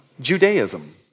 Judaism